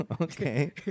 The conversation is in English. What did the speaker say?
Okay